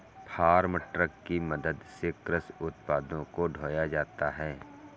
farm truck की मदद से कृषि उत्पादों को ढोया जाता है